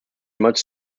much